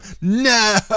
No